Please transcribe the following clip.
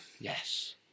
Yes